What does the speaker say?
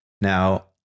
Now